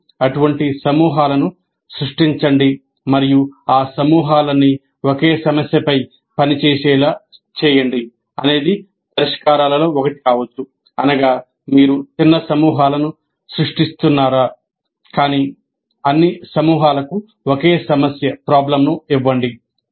మరియు "అటువంటి సమూహాలను సృష్టించండి మరియు ఈ సమూహాలన్నీ ఒకే సమస్యపై పనిచేసేలా చేయండి" అనేది పరిష్కారాలలో ఒకటి కావచ్చు అనగా మీరు చిన్న సమూహాలను సృష్టిస్తున్నారా కానీ అన్ని సమూహాలకు ఒకే సమస్యను ఇవ్వండి